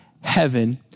heaven